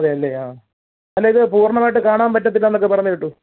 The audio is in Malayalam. അതെ അല്ലേ ആ അല്ല ഇത് പൂർണമായിട്ട് കാണാൻ പറ്റത്തില്ല എന്നൊക്കെ പറയുന്നത് കേട്ടു